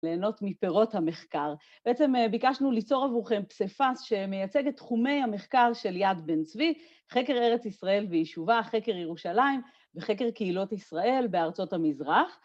‫ליהנות מפירות המחקר. ‫בעצם ביקשנו ליצור עבורכם פסיפס ‫שמייצג את תחומי המחקר של יד בן צבי, ‫חקר ארץ ישראל ויישובה, ‫חקר ירושלים ‫וחקר קהילות ישראל בארצות המזרח.